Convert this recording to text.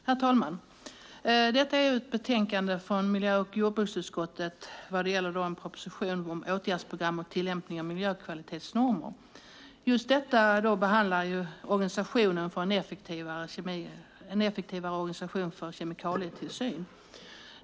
Herr talman! Detta är ett betänkande från miljö och jordbruksutskottet som gäller en proposition om åtgärdsprogram och tillämpningen av miljökvalitetsnormer. Just detta behandlar en effektivare organisation för kemikalietillsyn.